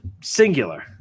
Singular